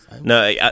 No